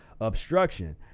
obstruction